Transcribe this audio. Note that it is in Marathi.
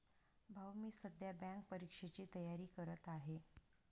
भाऊ मी सध्या बँक परीक्षेची तयारी करत आहे